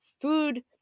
food